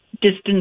distance